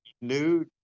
new